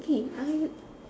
okay I